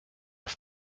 off